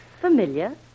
Familiar